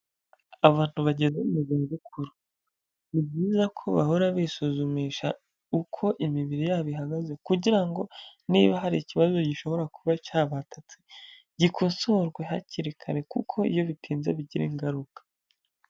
Abantu bageze mu izabukuru ni byiza ko bahora bisuzumisha uko imibiri yabo ihagaze, kugira ngo niba hari ikibazo gishobora kuba cyabatatse gikosorwe hakiri kare kuko iyo bitinze bigira ingaruka.